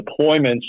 deployments